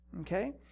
Okay